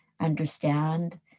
understand